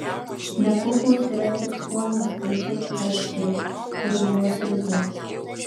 nekuklūs yra tik suomio skaičiai aikštėje ir už jos ribų